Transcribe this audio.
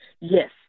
Yes